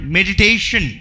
Meditation